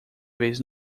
vez